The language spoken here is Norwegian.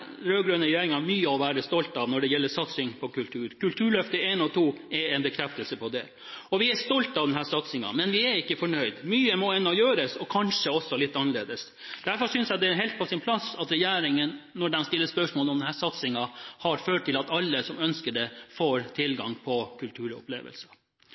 mye å være stolt av når det gjelder satsing på kultur. Kulturløftet I og Kulturløftet II er bekreftelser på det. Vi er stolte av denne satsingen, men vi er ikke fornøyd. Mye må ennå gjøres – og kanskje også gjøres litt annerledes. Derfor synes jeg det er helt på sin plass av regjeringen å stille spørsmål om denne satsingen har ført til at alle som ønsker det, får